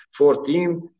14